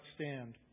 stand